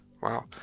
Wow